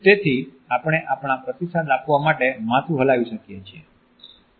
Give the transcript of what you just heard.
તેથી આપણે આપણા પ્રતિસાદ આપવા માટે માથું હલાવી શકીએ છીએ